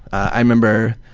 i remember,